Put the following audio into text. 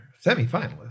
semi-finalist